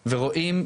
ורואים,